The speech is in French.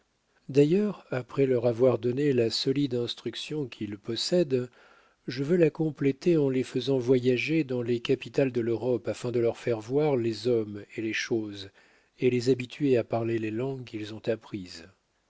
d'ailleurs après leur avoir donné la solide instruction qu'ils possèdent je veux la compléter en les faisant voyager dans les capitales de l'europe afin de leur faire voir les hommes et les choses et les habituer à parler les langues qu'ils ont apprises